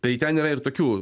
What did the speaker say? tai ten yra ir tokių